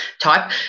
type